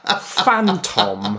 Phantom